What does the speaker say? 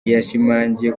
yashimangiye